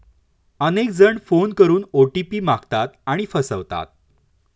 अनेक जण फोन करून ओ.टी.पी मागतात आणि फसवतात